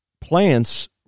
Plants